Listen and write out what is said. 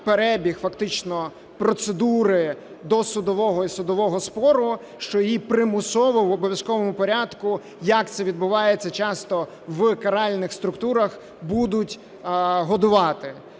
фактично процедури досудового і судового спору, що її примусово в обов'язковому порядку, як це відбувається часто в каральних структурах, будуть годувати.